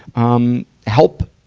um, help,